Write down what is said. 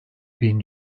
bin